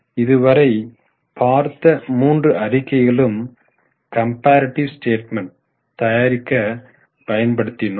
இதுவரை பார்த்த மூன்று அறிக்கைகளும் கம்பாரிட்டிவ் ஸ்டேட்மென்ட் தயாரிக்க பயன்படுத்தினோம்